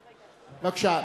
בבקשה.